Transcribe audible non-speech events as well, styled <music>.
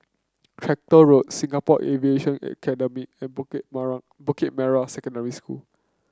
Tractor Road Singapore Aviation Academy and Bukit <unintelligible> Bukit Merah Secondary School